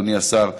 אדוני השר,